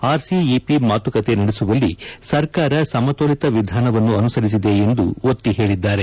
RCEP ಮಾತುಕತೆ ನಡೆಸುವಲ್ಲಿ ಸರ್ಕಾರ ಸಮತೋಲಿನ ವಿಧಾನವನ್ನು ಅನುಸರಿಸಿದೆ ಎಂದು ಅವರು ಒತ್ತಿ ಹೇಳಿದ್ದಾರೆ